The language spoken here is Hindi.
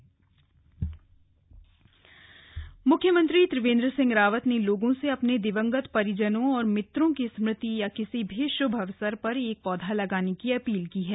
हरेला सीएम मुख्यमंत्री त्रिवेन्द्र सिंह रावत ने लोगों से अपने दिवंगत परिजनों और मित्रों की स्मृति या किसी भी श्भ अवसर पर एक पौधा लगाने की अपील की है